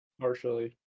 partially